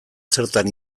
zertan